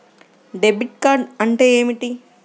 Debit card అంటే ఏమిటి?